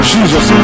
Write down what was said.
Jesus